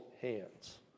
hands